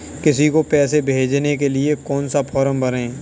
किसी को पैसे भेजने के लिए कौन सा फॉर्म भरें?